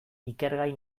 ikergai